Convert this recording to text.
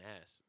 ass